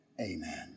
Amen